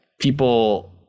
people